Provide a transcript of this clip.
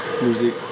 Music